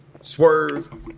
Swerve